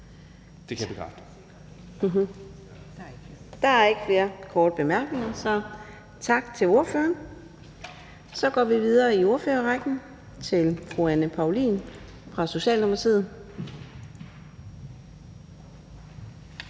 (Karina Adsbøl): Der er ikke flere korte bemærkninger, så tak til ordføreren. Så går vi videre i ordførerrækken til fru Anne Paulin fra Socialdemokratiet.